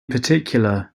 particular